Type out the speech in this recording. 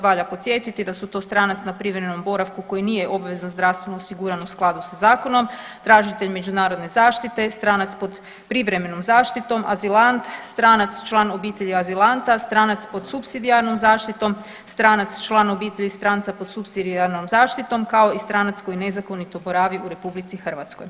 Valja podsjetiti da su to stranac na privremenom boravku koji nije obvezno zdravstveno osiguran u skladu sa zakonom, tražitelj međunarodne zaštite, stranac pod privremenom zaštitom, azilant, stranac član obitelji azilanta, stranac pod supsidijarnom zaštitom, stranac član obitelji stranca pod supsidijarnom zaštitom, kao i stranac koji nezakonito boravi u RH.